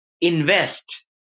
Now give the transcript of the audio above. Invest